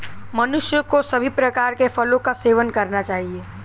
मनुष्य को सभी प्रकार के फलों का सेवन करना चाहिए